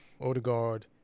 Odegaard